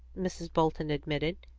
mrs. bolton admitted.